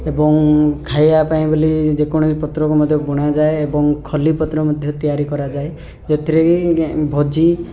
ଏବଂ ଖାଇବା ପାଇଁ ବୋଲି ଯେକୌଣସି ପତ୍ରକୁ ମଧ୍ୟ ବୁଣାଯାଏ ଏବଂ ଖଲିପତ୍ର ମଧ୍ୟ ତିଆରି କରାଯାଏ ଯେଉଁଥିରେ କି ଭୋଜି